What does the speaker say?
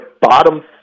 bottom